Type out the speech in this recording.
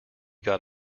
got